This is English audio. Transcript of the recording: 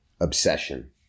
obsession